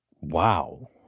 wow